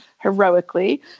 heroically